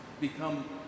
become